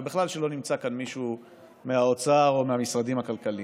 ובכלל שלא נמצא כאן מישהו מהאוצר או מהמשרדים הכלכליים.